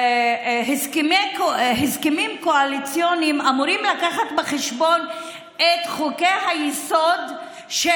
בהסכמים קואליציוניים אמורים להביא בחשבון את חוקי-היסוד של